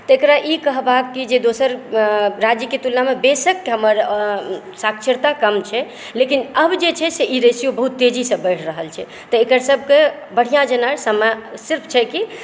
तऽ एकरा ई कहबाक यऽ जे दोसर राज्यके तुलनामे बेशक हमर साक्षरता कम छै लेकिन आब जे छै से ई रेसियो बहुत तेजीसँ बढि रहल छै तऽ एकरा सब कऽ बढ़िऑं जेना सिर्फ छै कि